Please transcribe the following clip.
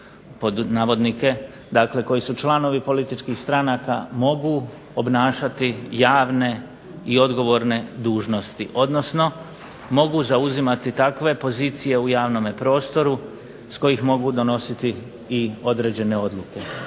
navodnike, dakle koji su članovi političkih stranaka mogu obnašati javne i odgovorne dužnosti, odnosno mogu zauzimati takve pozicije u javnome prostoru s kojih mogu donositi i određene odluke.